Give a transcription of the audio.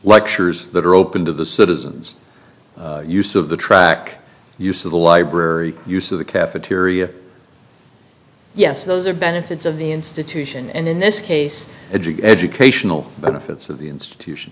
sure's that are open to the citizens use of the track use of the library use of the cafeteria yes those are benefits of the institution and in this case of educational benefits of the institution